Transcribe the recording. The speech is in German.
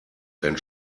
denn